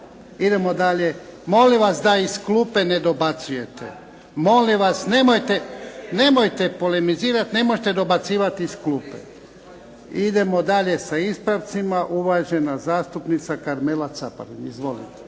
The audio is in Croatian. Idemo dalje. Molim vas da iz klupe ne dobacujete. Molim vas nemojte polemizirati, nemojte dobacivati iz klupe. Idemo dalje sa ispravcima. Uvažena zastupnica Karmela Caparin. Izvolite.